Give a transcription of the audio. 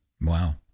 Wow